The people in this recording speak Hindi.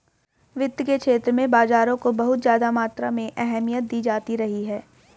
वित्त के क्षेत्र में बाजारों को बहुत ज्यादा मात्रा में अहमियत दी जाती रही है